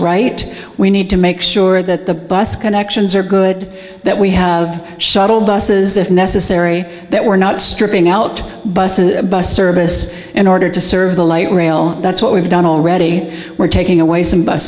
right we need to make sure that the bus connections are good that we have shuttle buses if necessary that we're not stripping out bus and bus service in order to serve the light rail that's what we've done already we're taking away some bus